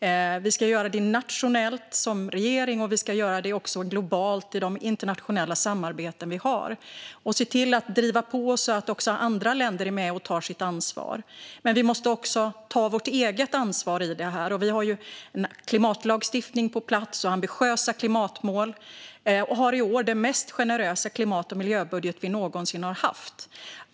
Vi ska göra det nationellt, som regering, och vi ska också göra det globalt i de internationella samarbeten vi har. Vi ska se till att driva på så att också andra länder är med och tar sitt ansvar. Men vi måste också ta vårt eget ansvar i det här. Vi har ju en klimatlagstiftning på plats och ambitiösa klimatmål. Vi har i år den mest generösa klimat och miljöbudget vi någonsin har haft.